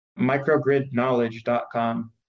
microgridknowledge.com